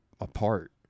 apart